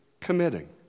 committing